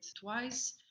twice